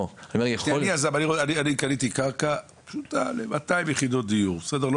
אני יזם, אני קניתי קרקע ל-200 יחידות דיור, אני